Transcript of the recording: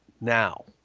now